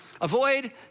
avoid